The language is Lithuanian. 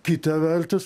kita vertus